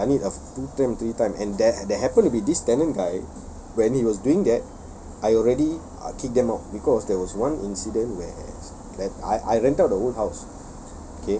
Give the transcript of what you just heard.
ya done it a f~ two time three time and there there happen to be this tenant guy when he was doing that I already uh kick them out because there was one incident where I I rent out the whole house